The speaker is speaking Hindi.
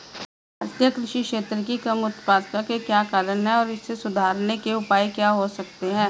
भारतीय कृषि क्षेत्र की कम उत्पादकता के क्या कारण हैं और इसे सुधारने के उपाय क्या हो सकते हैं?